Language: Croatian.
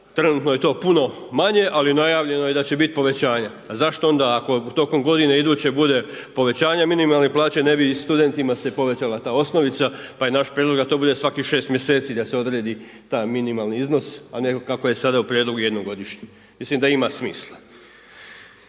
Trenutno je to puno manje ali najavljeno je da će biti povećanja. A zašto onda ako tokom godine iduće bude povećanja minimalne plaće ne bi i studentima se povećala ta osnovica pa je naš prijedlog da to bude svakih 6 mjeseci da se odredi taj minimalni iznos a ne kako je sada u prijedlogu jednom godišnje. Mislim da ima smisla.